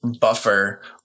buffer